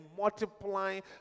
multiplying